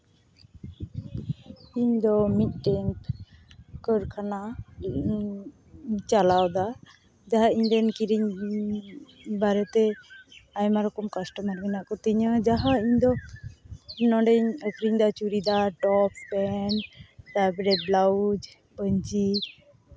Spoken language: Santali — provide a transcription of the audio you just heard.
ᱤᱧᱫᱚ ᱢᱤᱫᱴᱮᱱ ᱠᱟᱨᱠᱷᱟᱱᱟᱧ ᱪᱟᱞᱟᱣᱫᱟ ᱡᱟᱦᱟᱸ ᱤᱧᱨᱮᱱ ᱠᱤᱨᱤᱧ ᱵᱟᱨᱮᱛᱮ ᱟᱭᱢᱟ ᱨᱚᱠᱚᱢ ᱠᱟᱥᱴᱚᱢᱟᱨ ᱢᱮᱱᱟᱜ ᱠᱚᱛᱤᱧᱟ ᱡᱟᱦᱟᱸ ᱤᱧᱫᱚ ᱱᱚᱸᱰᱮᱧ ᱟᱹᱠᱷᱨᱤᱧᱫᱟ ᱪᱩᱲᱤᱫᱟᱨ ᱴᱚᱯ ᱯᱮᱱᱴ ᱛᱟᱨᱯᱚᱨᱮ ᱵᱞᱟᱩᱡᱽ ᱯᱟᱹᱧᱪᱤ